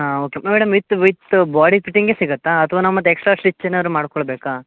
ಹಾಂ okay madam with with body ಫಿಟ್ಟಿಂಗೆ ಸಿಗುತ್ತಾ ಅಥ್ವ ನಾವು ಮತ್ತು ಎಕ್ಸ್ಟ್ರಾ ಸ್ಟಿಚ್ ಏನಾರು ಮಾಡಿಕೊಳ್ಬೇಕಾ